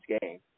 game